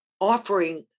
offering